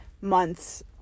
months